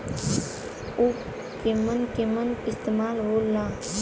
उव केमन केमन इस्तेमाल हो ला?